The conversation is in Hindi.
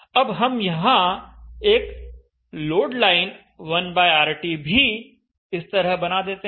अब हम यहां एक लोड लाइन 1RT भी इस तरह बना देते हैं